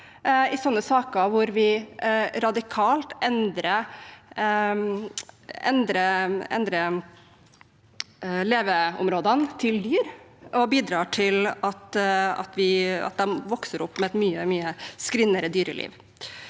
i slike saker, hvor vi radikalt endrer leveområdene til dyr og bidrar til at barna vokser opp med et mye skrinnere dyreliv.